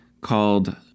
called